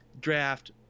draft